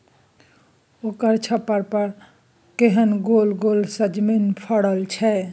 ओकर छप्पर पर केहन गोल गोल सजमनि फड़ल छै